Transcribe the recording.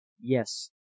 Yes